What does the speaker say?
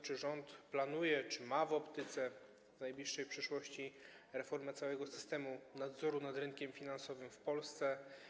Czy rząd planuje, czy ma w optyce w najbliższej przyszłości reformę całego systemu nadzoru nad rynkiem finansowym w Polsce?